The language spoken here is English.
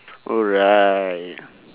alright